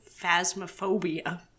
Phasmophobia